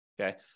okay